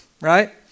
right